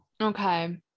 okay